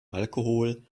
alkohol